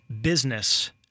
business